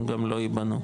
גם לא ייבנו,